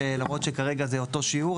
שלמרות שכרגע זה אותו שיעור,